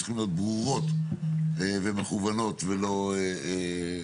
הן צריכות להיות ברורות ומכוונות ולא סתם.